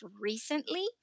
recently